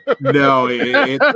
No